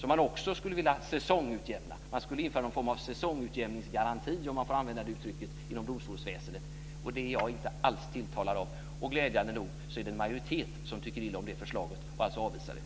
Man skulle kunna komma fram till ett slags säsongsutvecklingsgaranti - låt mig använda det uttrycket - inom domstolsväsendet, och det är jag inte alls tilltalad av. Glädjande nog tycker en majoritet illa om det förslaget och avvisar det.